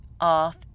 off